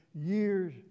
years